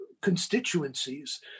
constituencies